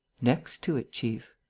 next to it, chief.